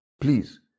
please